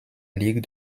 ligue